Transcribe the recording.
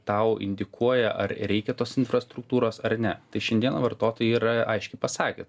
tau indikuoja ar reikia tos infrastruktūros ar ne tai šiandieną vartotojai yra aiškiai pasakę